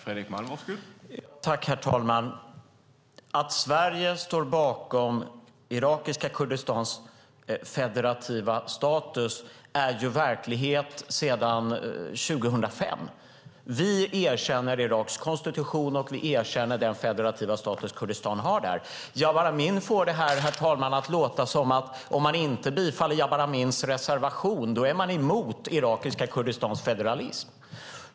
Herr talman! Att Sverige står bakom irakiska Kurdistans federativa status är verklighet sedan 2005. Vi erkänner Iraks konstitution, och vi erkänner den federativa status Kurdistan har där. Jabar Amin får det här att låta som att om man inte bifaller Jabar Amins reservation är man emot irakiska Kurdistans federalism.